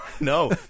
no